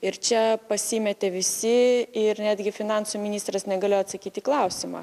ir čia pasimetė visi ir netgi finansų ministras negalėjo atsakyti į klausimą